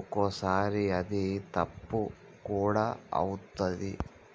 ఒక్కోసారి అది తప్పు కూడా అవుతది